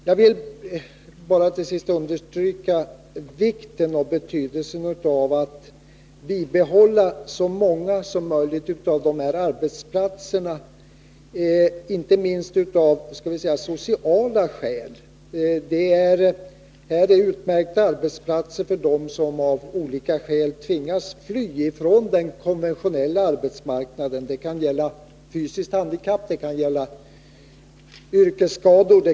Jag vill till sist understryka vikten och betydelsen av att bibehålla så många som möjligt av dessa arbetsplatser, inte minst av låt oss säga sociala skäl. Det är utmärkta arbetsplatser för dem som av olika skäl tvingas fly från den konventionella arbetsmarknaden. Det kan gälla fysiskt handikapp eller yrkesskador.